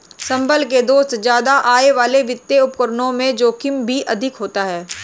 संभल के दोस्त ज्यादा आय वाले वित्तीय उपकरणों में जोखिम भी अधिक होता है